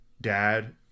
dad